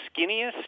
skinniest